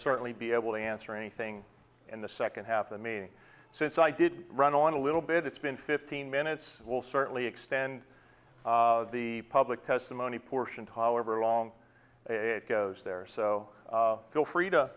certainly be able to answer anything and the second half i mean since i did run on a little bit it's been fifteen minutes will certainly extend the public testimony portion however long it goes there so feel free to